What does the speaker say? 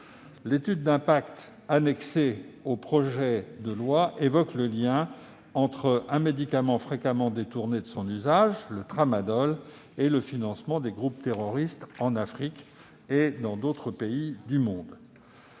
L'étude d'impact annexée au projet de loi évoque le lien entre un médicament fréquemment détourné de son usage, le Tramadol, et le financement des groupes terroristes en Afrique et dans d'autres pays du monde.